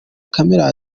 camera